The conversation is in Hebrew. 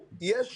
אני אציג דו"ח